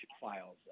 files